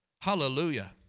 Hallelujah